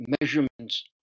measurements